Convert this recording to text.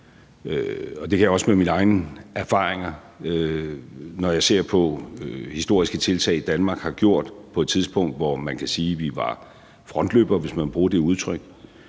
det kan jeg også med mine egne erfaringer, når jeg ser på historiske tiltag, Danmark har gjort på et tidspunkt, hvor man kan sige, at vi var frontløbere, hvis man vil bruge det udtryk,